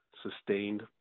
sustained